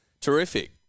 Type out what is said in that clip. Terrific